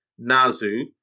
Nazu